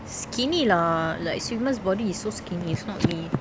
skinny lah like swimmers body is so skinny it's not me